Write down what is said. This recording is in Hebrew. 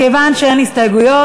מכיוון שאין הסתייגויות,